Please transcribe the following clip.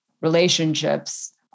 relationships